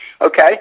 Okay